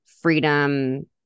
freedom